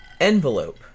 envelope